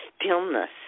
stillness